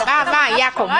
לה.